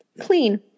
clean